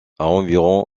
environ